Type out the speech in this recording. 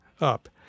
up